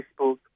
Facebook